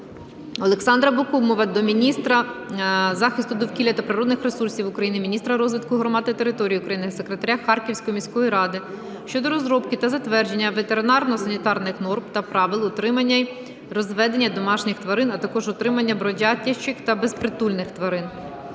Олександра Бакумова до міністра захисту довкілля та природних ресурсів України, міністра розвитку громад та територій України, секретаря Харківської міської ради щодо розробки та затвердження ветеринарно-санітарних норм та правил утримання й розведення домашніх тварин, а також утримання бродячих та безпритульних тварин.